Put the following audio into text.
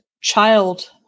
child